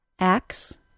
acts